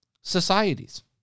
societies